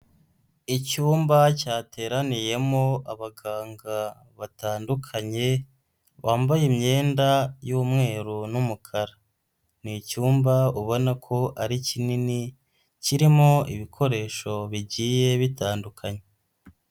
Icyumba cyateraniyemo abaganga batandukanye bambaye imyenda y'umweru n'umukara. Ni icyumba ubona ko ari kinini kirimo ibikoresho bigiye bitandukanye.